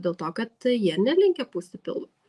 dėl to kad jie nelinkę pūsti pilv